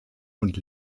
und